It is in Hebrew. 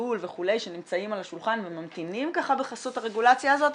גידול וכו' שנמצאים על השולחן וממתינים בחסות הרגולציה הזאת.